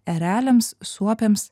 ereliams suopiams